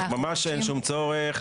ממש אין צורך.